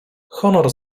honor